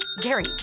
Gary